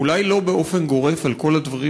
אולי לא באופן גורף על כל הדברים,